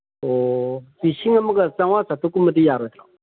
ꯑꯣ ꯂꯤꯁꯤꯡ ꯑꯃꯒ ꯆꯥꯝꯃꯉꯥ ꯆꯥꯇ꯭ꯔꯨꯛꯀꯨꯝꯕꯗꯤ ꯌꯥꯔꯣꯏꯗ꯭ꯔꯣ